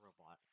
robot